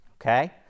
Okay